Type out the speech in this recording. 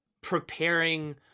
preparing